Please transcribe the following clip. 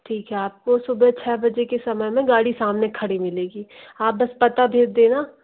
ठीक है आपको सुबह छ बजे के समय में गाड़ी सामने खड़ी मिलेगी आप बस पता भेज देना